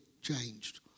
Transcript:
changed